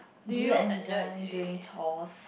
do you enjoy doing chores